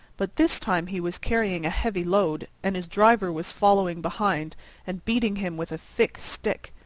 but this time he was carrying a heavy load, and his driver was following behind and beating him with a thick stick.